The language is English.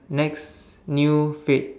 next new fad